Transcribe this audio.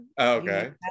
Okay